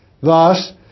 Thus